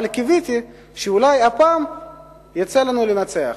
אבל קיוויתי שאולי הפעם יצא לנו לנצח.